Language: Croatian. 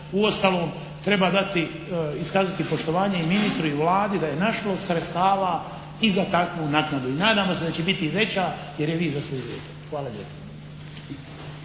Uostalom treba dati, iskazati poštovanje i ministru i Vladi da je našlo sredstava i za takvu naknadu. I nadamo se da će biti i veća jer je vi zaslužujete. Hvala